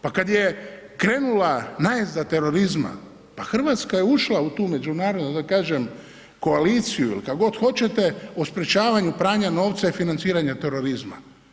Pa kad je krenula najezda terorizma, pa Hrvatska je ušla u tu međunarodnu da kažem, koaliciju ili kako god hoćete, o sprječavanju pranja novca i financiranja terorizma.